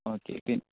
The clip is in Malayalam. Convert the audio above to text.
okay P